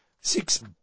six